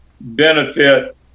benefit